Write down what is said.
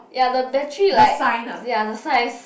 ya the battery like ya the size